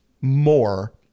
more